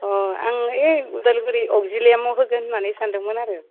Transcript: अ आं ए उदालगुरि अगजिलियामाव होगोन होननानै सानदोंमोन आरो